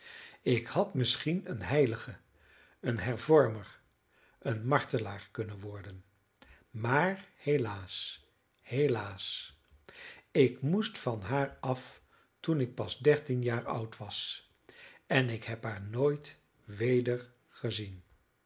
ik had misschien een heilige een hervormer een martelaar kunnen worden maar helaas helaas ik moest van haar af toen ik pas dertien jaar oud was en ik heb haar nooit weder gezien